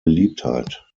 beliebtheit